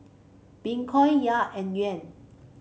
Bitcoin Kyat and Yuan